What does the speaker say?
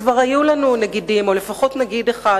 לכן אין להכניס נושאים אלה למטרות